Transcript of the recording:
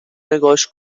نگاش